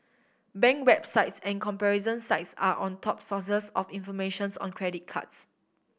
bank websites and comparison sites are on top sources of informations on credit cards